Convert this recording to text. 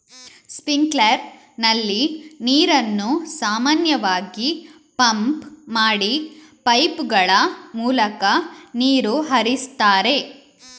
sprinkler ನಲ್ಲಿ ನೀರನ್ನು ಸಾಮಾನ್ಯವಾಗಿ ಪಂಪ್ ಮಾಡಿ ಪೈಪುಗಳ ಮೂಲಕ ನೀರು ಹರಿಸ್ತಾರೆ